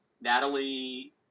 Natalie